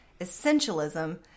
essentialism